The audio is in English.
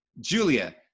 Julia